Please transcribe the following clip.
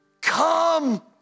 come